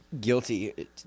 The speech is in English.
guilty